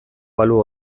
balu